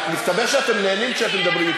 איך יהיה לכם מעניין אם,